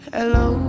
Hello